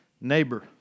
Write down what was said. neighbor